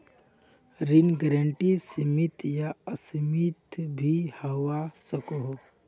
ऋण गारंटी सीमित या असीमित भी होवा सकोह